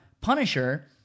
Punisher